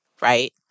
right